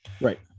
Right